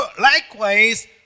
likewise